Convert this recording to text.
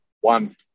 One